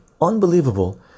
unbelievable